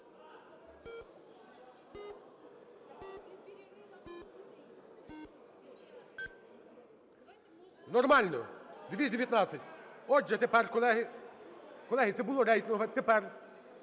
Нормально: 219. Отже, тепер, колеги. Колеги, це було рейтингове. Тепер